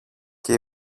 και